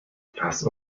lass